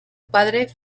padre